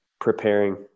preparing